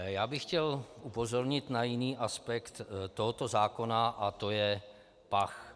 Já bych chtěl upozornit na jiný aspekt tohoto zákona, a to je pach.